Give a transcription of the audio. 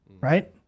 right